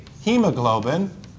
hemoglobin